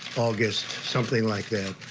august, something like that.